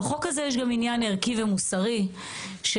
בחוק הזה יש גם עניין ערכי ומוסרי שנכון